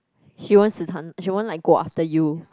she wants to she won't like go after you